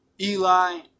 Eli